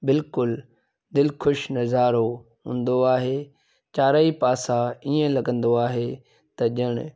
बिल्कुलु दिलकश नज़ारो हूंदो आहे चारई पासा ईअं लगंदो आहे त ॼण